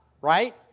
right